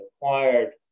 acquired